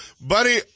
buddy